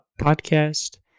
Podcast